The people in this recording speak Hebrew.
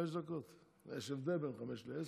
התשפ"ב 2022,